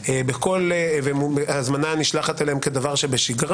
בקולומביה, בבנגלדש.